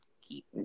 keep